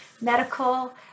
medical